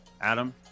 Adam